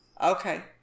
Okay